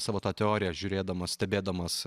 savo tą teoriją žiūrėdamas stebėdamas